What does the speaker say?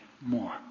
more